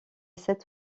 sept